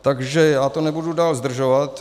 Takže to nebudu dál zdržovat.